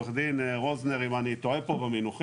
עורך דין רוזנר אם אני טועה במינוחים,